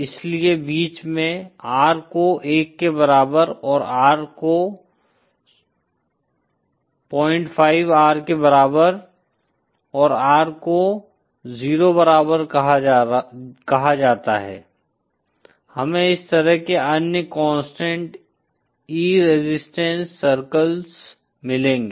इसलिए बीच में R को 1 के बराबर और R को बराबर 5R के बराबर और R को 0 बराबर कहा जाता है हमें इस तरह के अन्य कांस्टेंट E रेजिस्टेंस सर्कल्स मिलेंगे